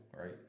right